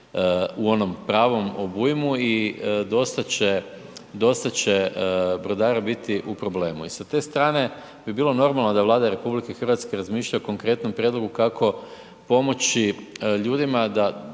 u onom pravom obujmu i dosta će, dosta će brodara biti u problemu. I sa te strane bi bilo normalno da Vlada RH razmišlja o konkretnom prijedlogu kako pomoći ljudima da